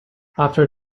after